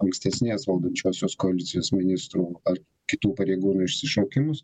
ankstesnės valdančiosios koalicijos ministrų ar kitų pareigūnų išsišokimus